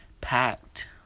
Packed